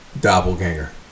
doppelganger